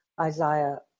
Isaiah